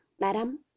madam